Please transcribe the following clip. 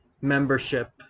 membership